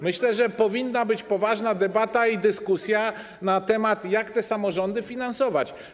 Myślę, że powinna być poważna debata i dyskusja na temat tego, jak te samorządy finansować.